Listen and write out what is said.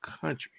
country